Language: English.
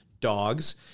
dogs